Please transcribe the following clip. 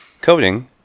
coding